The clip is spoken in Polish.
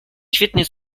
świetnie